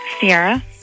Sierra